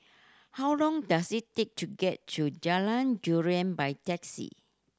how long does it take to get to Jalan Durian by taxi